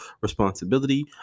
responsibility